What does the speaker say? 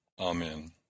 Amen